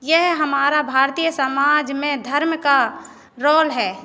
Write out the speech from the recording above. यह हमारा भारतीय समाज में धर्म का रौल है